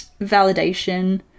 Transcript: validation